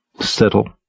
Settle